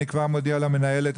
אני כבר מודיע למנהלת,